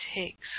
takes